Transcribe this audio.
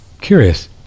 Curious